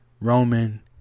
Roman